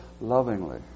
lovingly